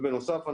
ובנוסף,